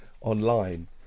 online